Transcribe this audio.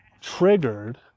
triggered